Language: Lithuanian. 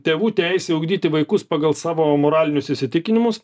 tėvų teisę ugdyti vaikus pagal savo moralinius įsitikinimus